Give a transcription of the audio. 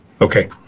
Okay